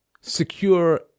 secure